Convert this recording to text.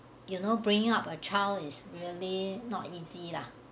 you know bringing up a child is really not easy lah